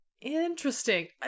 interesting